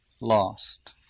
lost